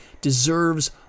deserves